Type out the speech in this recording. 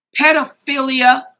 pedophilia